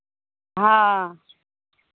हँ